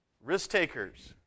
risk-takers